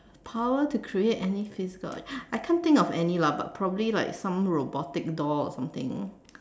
power to create any physical I can't think of any lah but probably like some robotic dolls or something